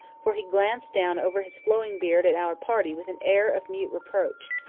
for he glanced down over his flowing beard at our party with an air of mute reproach.